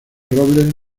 robles